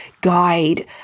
guide